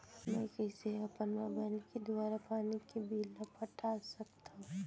मैं कइसे अपन मोबाइल के दुवारा पानी के बिल ल पटा सकथव?